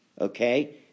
Okay